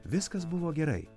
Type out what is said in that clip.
viskas buvo gerai